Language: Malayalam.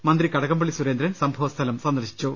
മന്ത്രി കടകം പള്ളി സുരേന്ദ്രൻ സംഭവസ്ഥലം സന്ദർശിച്ചു